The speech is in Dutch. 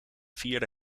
vierde